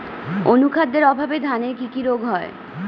অনুখাদ্যের অভাবে ধানের কি কি রোগ হয়?